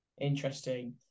Interesting